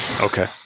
okay